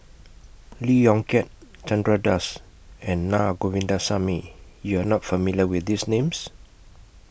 Lee Yong Kiat Chandra Das and Na Govindasamy YOU Are not familiar with These Names